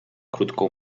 krótką